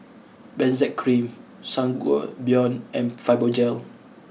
Benzac Cream Sangobion and Fibogel